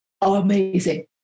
amazing